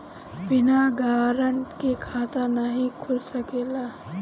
बिना गारंटर के खाता नाहीं खुल सकेला?